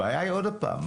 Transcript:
הבעיה היא עוד פעם,